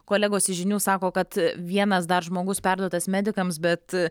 kolegos iš žinių sako kad vienas dar žmogus perduotas medikams bet